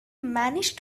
manage